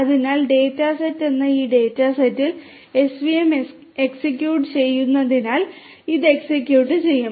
അതിനാൽ ഡാറ്റസെറ്റ് എന്ന ഈ ഡാറ്റ സെറ്റിൽ svm എക്സിക്യൂട്ട് ചെയ്യുന്നതിനാൽ ഇത് എക്സിക്യൂട്ട് ചെയ്യും